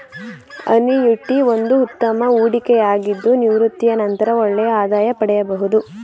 annuity ಒಂದು ಉತ್ತಮ ಹೂಡಿಕೆಯಾಗಿದ್ದು ನಿವೃತ್ತಿಯ ನಂತರ ಒಳ್ಳೆಯ ಆದಾಯ ಪಡೆಯಬಹುದು